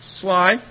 slide